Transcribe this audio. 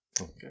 Okay